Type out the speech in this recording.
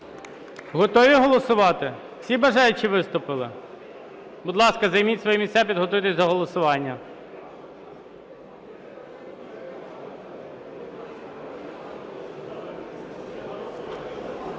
Готові голосувати? Всі бажаючі виступили? Будь ласка, займіть свої місця, підготуйтесь до голосування.